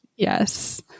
Yes